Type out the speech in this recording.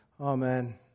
Amen